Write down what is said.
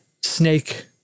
Snake